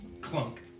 Clunk